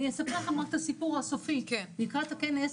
אני אסיים את הסיפור שהתחלתי: לקראת הכנס